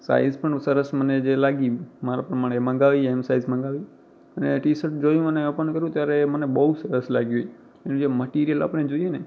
size પણ સરસ મને જે લાગી મારા પ્રમાણે મગાવી ઍમ સાઇઝ મગાવી અને ટી શર્ટ જોયું અને ઓપન કર્યું ત્યારે મને બહુ સરસ લાગ્યું એનું જે મટિરિયલ આપણે જોઈએ ને